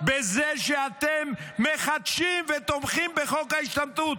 בזה שאתם מחדשים, ותומכים בחוק ההשתמטות,